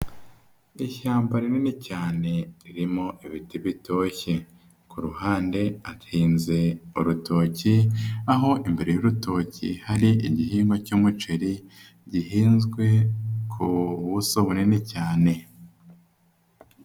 Ishyamba rinini cyane ririmo ibiti bitoshye. Ku ruhande hahinze urutoki, aho imbere y'urutoki hari igihingwa cy'umuceri gihinzwe ku buso bunini cyane.